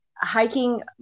hiking